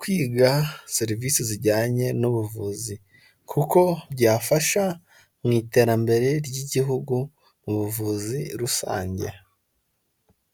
kwiga serivisi zijyanye n'ubuvuzi kuko byafasha mu iterambere ry'igihugu mu buvuzi rusange.